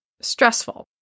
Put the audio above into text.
stressful